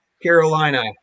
Carolina